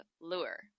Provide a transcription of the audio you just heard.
lure